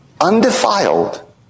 undefiled